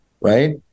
right